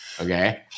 Okay